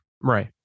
Right